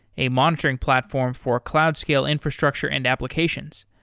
a monitoring platform for cloud scale infrastructure and applications.